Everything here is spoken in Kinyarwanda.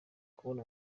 kubona